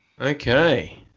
Okay